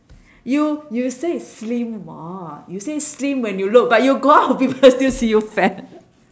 you you say it's slim [what] you say slim when you look but you go out people still see you fat